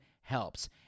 helps